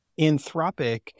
Anthropic